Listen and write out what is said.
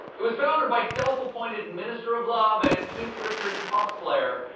it was founded by self-appointed minister of love and keith richards cos-player,